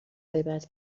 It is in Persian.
غیبت